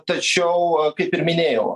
tačiau kaip ir minėjau